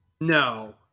No